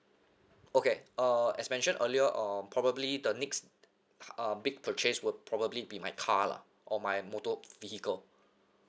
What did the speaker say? okay uh as mentioned earlier uh probably the next uh big purchase would probably be my car lah or my motor vehicle